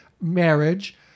marriage